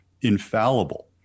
infallible